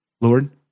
Lord